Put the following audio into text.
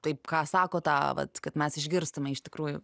taip ką sako tą vat kad mes išgirstume iš tikrųjų